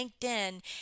LinkedIn